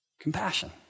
Compassion